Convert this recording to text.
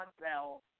Bell